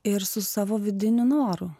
ir su savo vidiniu noru